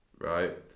right